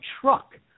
truck